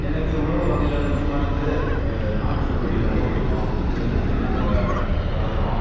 எனக்கு உணவு வகையில் முக்கியமானது நாட்டுக்கோழி ரொம்ப பிடிக்கும் எங்கள் வீட்டுல நாங்கள் வளர்க்குறோம்